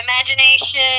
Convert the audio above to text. imagination